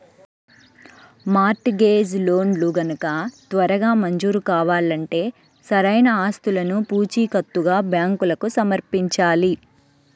mart gauge లోన్లు గనక త్వరగా మంజూరు కావాలంటే సరైన ఆస్తులను పూచీకత్తుగా బ్యాంకులకు సమర్పించాలి